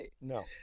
No